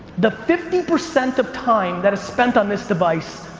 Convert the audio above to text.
the fifty percent of time that is spent on this device,